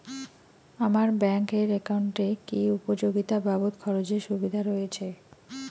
আমার ব্যাংক এর একাউন্টে কি উপযোগিতা বাবদ খরচের সুবিধা রয়েছে?